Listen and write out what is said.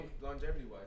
longevity-wise